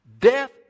death